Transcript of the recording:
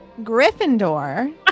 Gryffindor